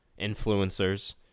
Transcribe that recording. influencers